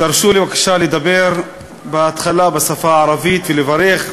תרשו לי בבקשה לדבר בהתחלה בשפה הערבית ולברך את